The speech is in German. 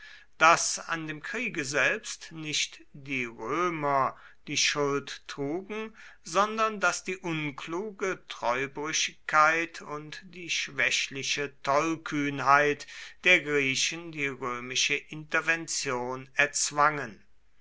daß an dem kriege selbst nicht die römer die schuld trugen sondern daß die unkluge treubrüchigkeit und die schwächliche tollkühnheit der griechen die römische intervention erzwangen